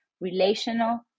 relational